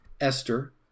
Esther